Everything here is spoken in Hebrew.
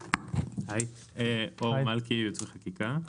אור מלכי, ייעוץ וחקיקה.